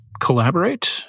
collaborate